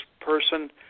person